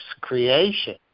creation